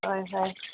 ꯍꯣꯏ ꯍꯣꯏ